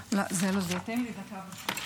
לא, זה לא זה, תן לי דקה, ברשותך.